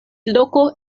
loko